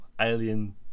alien